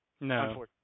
No